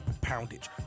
poundage